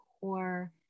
core